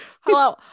Hello